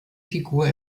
figur